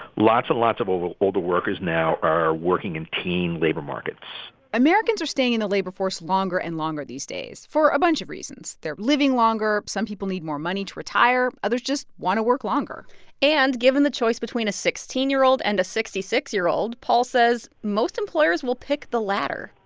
lots and lots of older workers now are working in teen labor markets americans are staying in the labor force longer and longer these days for a bunch of reasons. they're living longer. some people need more money to retire. others just want to work longer and given the choice between a sixteen year old and a sixty six year old, paul says most employers will pick the latter